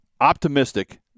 optimistic